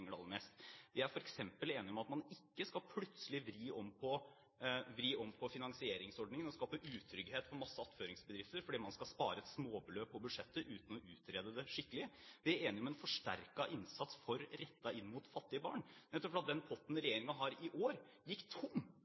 det aller mest. Vi er f.eks. enige om at man ikke plutselig skal vri om på finansieringsordningen og skape utrygghet for mange attføringsbedrifter fordi man skal spare et småbeløp på budsjettet, uten å utrede det skikkelig. Vi er enige om en forsterket innsats rettet mot fattige barn, nettopp fordi den potten som regjeringen har i år, gikk tom